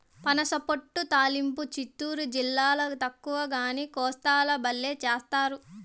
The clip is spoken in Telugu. పనసపొట్టు తాలింపు చిత్తూరు జిల్లాల తక్కువగానీ, కోస్తాల బల్లే చేస్తారు